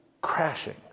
crashing